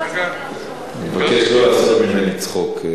אני מבקש לא לעשות ממני צחוק,